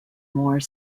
more